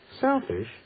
Selfish